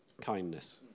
kindness